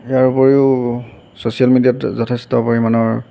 ইয়াৰ উপৰিও ছ'চিয়েল মেডিয়াত যথেষ্ট পৰিমাণৰ